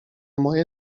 moje